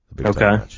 Okay